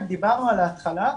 אם דיברנו על ההתחלה,